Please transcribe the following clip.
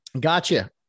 gotcha